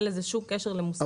אין לזה שום קשר למוסך יבואן.